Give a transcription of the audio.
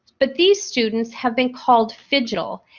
but, these students have been called phigital.